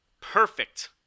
perfect